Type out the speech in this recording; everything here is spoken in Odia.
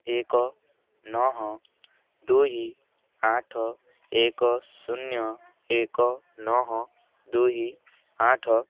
ଏକ ନଅ ଦୁଇ ଆଠ ଏକ ଶୂନ୍ୟ ଏକ ନଅ ଦୁଇ ଆଠ